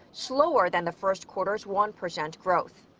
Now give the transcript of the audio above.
slower than the first quarter's one percent growth.